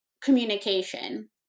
communication